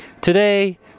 today